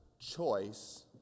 choice